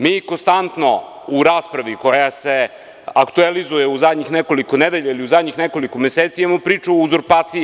Mi konstantno u raspravi koja se aktuelizuje u zadnjih nekoliko nedelja, u zadnjih nekoliko meseci imamo priču o uzurpaciji.